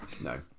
No